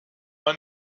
man